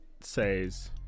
says